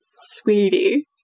sweetie